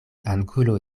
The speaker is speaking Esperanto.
angulo